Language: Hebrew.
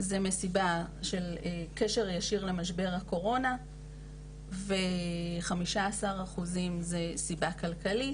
זה מסיבה של קשר ישיר למשבר הקורונה וכ-15% זה מסיבה כלכלית.